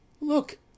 Look